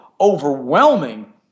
overwhelming